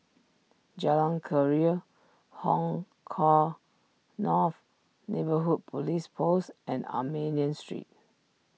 Jalan Keria Hong Kah North Neighbourhood Police Post and Armenian Street